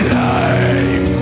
life